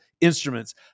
instruments